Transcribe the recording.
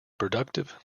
productive